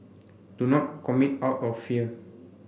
do not commit out of fear